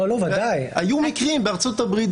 היו מקרים בארצות הברית,